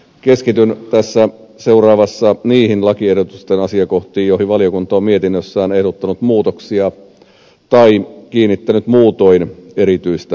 keskityn seuraavassa niihin lakiehdotusten asiakohtiin joihin valiokunta on mietinnössään ehdottanut muutoksia tai kiinnittänyt muutoin erityistä huomiota